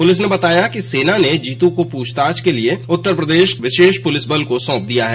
police ने बताया कि सेना ने जीतू को पूछताछ को लिए उत्तरप्रदेश विशेष पुलिस बल को सौंप दिया है